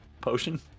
potion